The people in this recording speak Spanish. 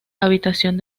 habitación